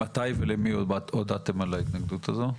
מתי ולמי הודעתם על ההתנגדות הזאת?